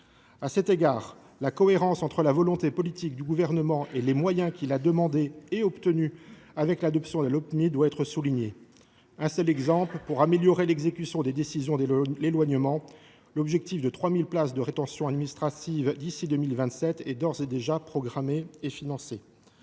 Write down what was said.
À cet égard, la cohérence entre la volonté politique du Gouvernement et les moyens qu’il a demandés et obtenus avec l’adoption de la Lopmi doit être soulignée. Un seul exemple : pour améliorer l’exécution des décisions d’éloignement, l’objectif de 3 000 places en centres de rétention administrative d’ici à 2027 est d’ores et déjà programmé et financé.